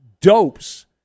dopes